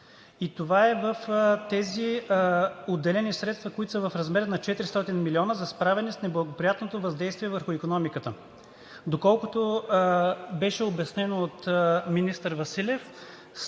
и това е в тези отделени средства, които са в размер на 400 милиона за справяне с неблагоприятното въздействие върху икономиката. Доколкото беше обяснено от министър Василев